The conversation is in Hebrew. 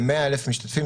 ל-100,000 משתפים,